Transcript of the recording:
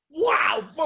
Wow